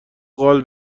قال